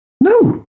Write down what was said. No